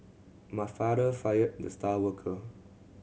my father fired the star worker